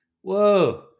Whoa